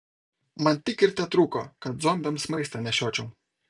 man tik ir tetrūko kad zombiams maistą nešiočiau